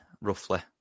roughly